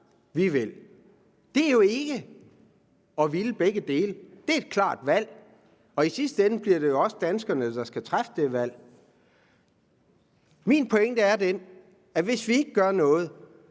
vi vil. Det er jo ikke at ville begge dele. Det er et klart valg, og i sidste ende bliver det jo også danskerne, der skal træffe det valg. Min pointe er den, at hvis vi ikke gør noget,